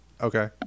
okay